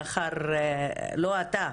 לא אתה,